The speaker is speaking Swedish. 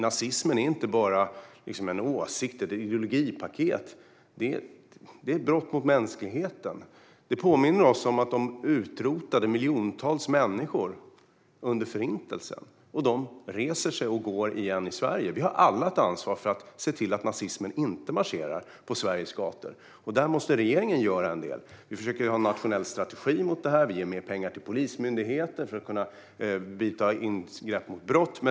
Nazismen är inte bara en åsikt eller ett ideologipaket, utan den är ett brott mot mänskligheten. Den påminner oss om att miljontals människor utrotades under Förintelsen, och nu reser sig nazisterna igen och marscherar i Sverige. Vi har alla ett ansvar för att se till att nazister inte marscherar på Sveriges gator. Där måste regeringen göra en del. Vi försöker ha en nationell strategi mot detta, och vi ger mer pengar till Polismyndigheten för att den ska kunna ingripa mot brott.